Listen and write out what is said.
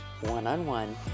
one-on-one